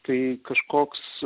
tai kažkoks